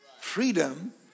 Freedom